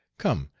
come,